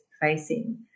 facing